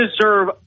deserve